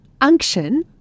unction